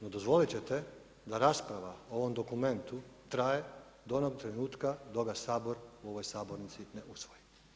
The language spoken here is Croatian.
No, dozvolit ćete da rasprava o ovom dokumentu traje do onog trenutka dok ga Sabor u ovoj sabornici ne usvoji.